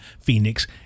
Phoenix